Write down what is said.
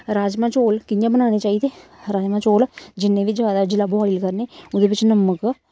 राजमांह् चौल कि'यां बनाने चाहिदे राजमाह् चौल जिन्ने बी जैदा जिल्लै बोआइल करने ओह्दे बिच्च नमक